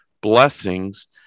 blessings